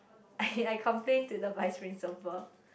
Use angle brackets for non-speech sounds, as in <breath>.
<breath> I complain to the vice principal